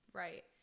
right